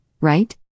right